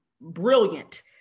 brilliant